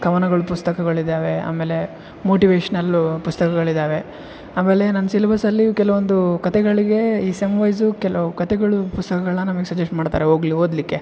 ಕವನಗಳು ಪುಸ್ತಕಗಳು ಇದ್ದಾವೆ ಆಮೇಲೆ ಮೋಟಿವೆಶ್ನಲ್ಲು ಪುಸ್ತಕಗಳಿದ್ದಾವೆ ಆಮೇಲೆ ನನ್ನ ಸಿಲೆಬಸಲ್ಲಿ ಕೆಲವೊಂದು ಕತೆಗಳಿಗೆ ಈ ಸೆಮ್ ವೈಸು ಕೆಲವು ಕತೆಗಳು ಪುಸ್ತಕಗಳನ್ನ ನಮಗ್ ಸಜೆಸ್ಟ್ ಮಾಡ್ತಾರೆ ಹೋಗ್ಲ್ ಓದಲಿಕ್ಕೆ